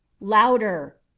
louder